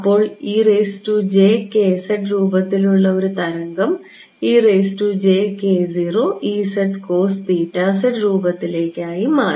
അപ്പോൾ രൂപത്തിലുള്ള ഒരു തരംഗം രൂപത്തിലേക്ക് ആയി മാറി